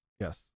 Yes